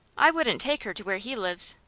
i wouldn't take her to where he lives.